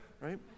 right